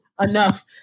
enough